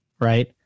right